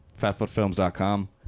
fatfootfilms.com